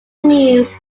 means